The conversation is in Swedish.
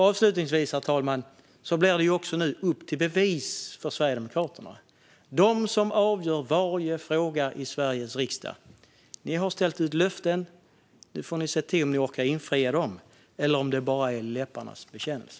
Avslutningsvis, herr talman: Nu blir det upp till bevis för Sverigedemokraterna, som avgör varje fråga i Sveriges riksdag. De har ställt ut löften - nu får vi se om de orkar infria dem eller om det bara är läpparnas bekännelse.